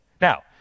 Now